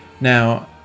Now